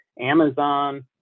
Amazon